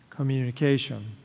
communication